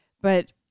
but-